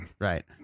Right